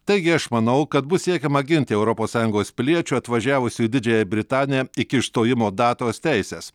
taigi aš manau kad bus siekiama ginti europos sąjungos piliečių atvažiavusių į didžiąją britaniją iki išstojimo datos teises